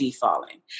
falling